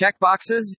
checkboxes